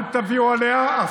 אל תביאו עליה אסון,